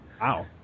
Wow